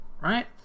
right